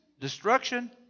destruction